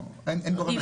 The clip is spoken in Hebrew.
אין גורם אחד.